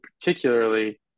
particularly